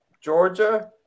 Georgia